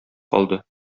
калды